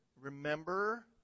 remember